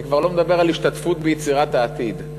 אני כבר לא מדבר על השתתפות ביצירת העתיד,